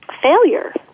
failure